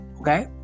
okay